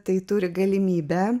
tai turi galimybę